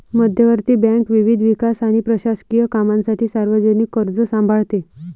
मध्यवर्ती बँक विविध विकास आणि प्रशासकीय कामांसाठी सार्वजनिक कर्ज सांभाळते